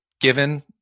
given